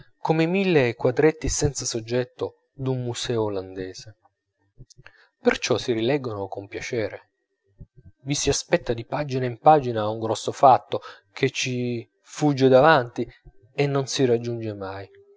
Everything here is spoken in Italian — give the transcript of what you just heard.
come i mille quadretti senza soggetto d'un museo olandese perciò si rileggono con piacere vi si aspetta di pagina in pagina un grosso fatto che ci fugge davanti e non si raggiunge mai